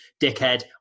dickhead